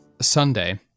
Sunday